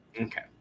okay